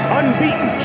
unbeaten